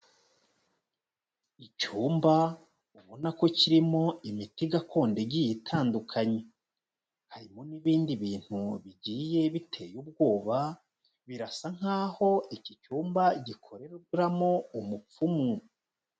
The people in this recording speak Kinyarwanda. Icyumba ubona ko kirimo imiti gakondo igiye itandukanye, harimo n'ibindi bintu bigiye biteye ubwoba, birasa nk'aho iki cyumba gikoreramo umupfumu.